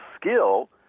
skill